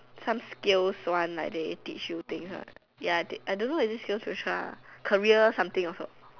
some skills one like they teach you things one ya I don't know is it skillsfuture ah career something also